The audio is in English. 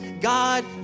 God